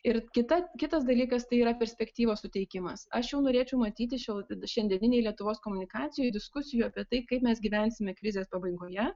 ir kita kitas dalykas tai yra perspektyvos suteikimas aš jau norėčiau matyti šioj šiandieninėje lietuvos komunikacijų diskusijų apie tai kaip mes gyvensime krizės pabaigoje